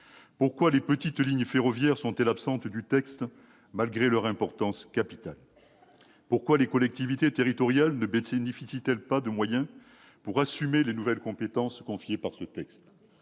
Pourquoi les petites lignes ferroviaires sont-elles absentes du texte, malgré leur importance capitale ? Pourquoi les collectivités territoriales ne bénéficient-elles pas de moyens pour assumer les nouvelles compétences que leur confère ce texte ?